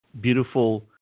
beautiful